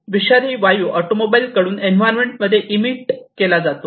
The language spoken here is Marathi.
विषारी वायू ऑटोमोबाईल कडून एन्व्हायरमेंट मध्ये ईमीट केला जातो